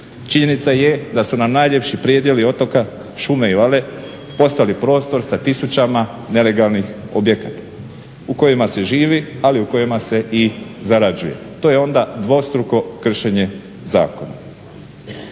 Činjenica je da su nam najljepši predjeli otoka šume i vale, postali prostor sa tisućama nelegalnih objekata u kojima se živi, ali u kojima se i zarađuje. To je onda dvostruko kršenje zakona.